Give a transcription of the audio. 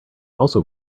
also